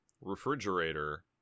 refrigerator